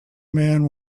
men